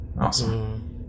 awesome